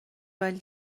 ولی